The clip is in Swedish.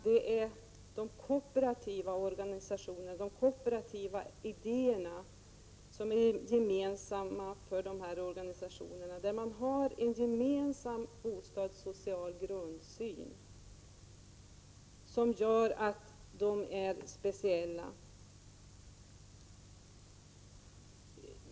De kooperativa organisationerna, de kooperativa idéerna, är ju gemensamma för dessa organisationer. De har en gemensam bostadssocial grundsyn, och därför är de speciella.